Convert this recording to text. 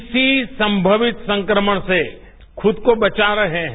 किसी संभावित संक्रमण से खुद को बचा रहे हैं